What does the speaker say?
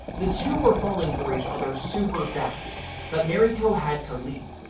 the two were falling for each other super fast, but mariko had to leave,